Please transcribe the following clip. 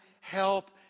help